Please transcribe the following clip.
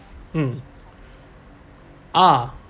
um ah